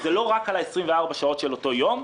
אז זה לא רק על ה-24 שעות של אותו יום,